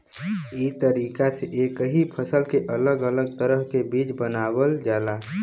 ई तरीका से एक ही फसल के अलग अलग तरह के बीज बनावल जाला